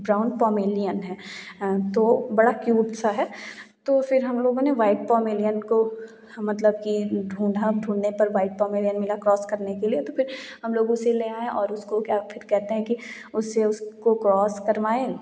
brown Pomeranian है तो बड़ा क्यूट सा है तो फ़िर हम लोगों ने वाइट पोमेलियन को मतलब की ढूंढा ढूंढने पर वाइट पोमेलियन मिला क्रॉस करने के लिए तो फ़िर हम लोग उसे ले आए और उसको क्या फ़िर कहते हैं कि उससे उसकी क्रॉस करवाए